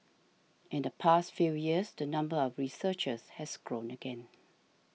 in the past few years the number of researchers has grown again